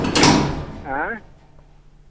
आँय